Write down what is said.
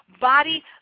body